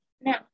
No